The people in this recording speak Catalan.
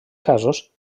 casos